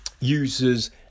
users